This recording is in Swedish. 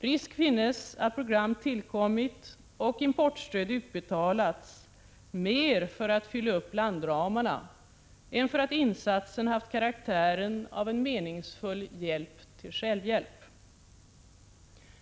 Risk finns att program tillkommit och importstöd utbetalats mer för att fylla upp landramarna än för att insatsen haft karaktären av en meningsfull hjälp till självhjälp.